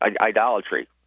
Idolatry